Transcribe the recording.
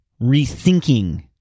rethinking